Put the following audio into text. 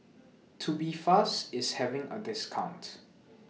Tubifast IS having A discount